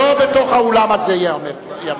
לא בתוך האולם הזה ייאמר.